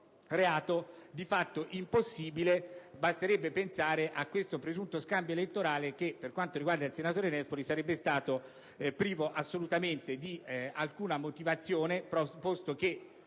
di fatto impossibile. Basterebbe pensare a questo presunto scambio elettorale che, per quanto riguarda il senatore Nespoli, sarebbe stato assolutamente privo di alcuna motivazione, posto che